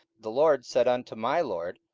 the lord said unto my lord,